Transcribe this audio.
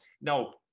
now